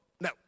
no